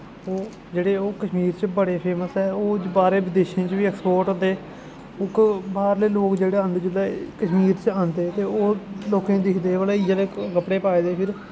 ओह् जेह्ड़े ओह् कश्मीर च बड़े फेमस ऐ ओह् बाह्रे विदेशे च बी एक्सपोर्ट होंदे बुक बाह्रले लोग जेह्ड़े आंदे जिसलै कश्मीर च आंदे ते ओह् लोकें दिक्खदे भला इ'यै ले कपड़े पाए दे फिर